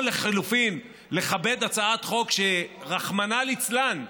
או לחלופין לכבד הצעת חוק שרחמנא ליצלן,